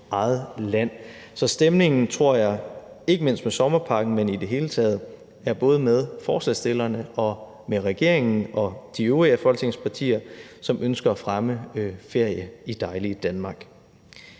jeg tror, at stemningen – ikke mindst i forbindelse med sommerpakken, men også i det hele taget – er både med forslagsstillerne og med regeringen og de øvrige af Folketingets partier, som ønsker at fremme ferie i dejlige Danmark..